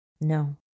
No